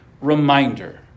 reminder